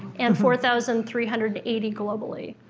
and four thousand three hundred and eighty globally.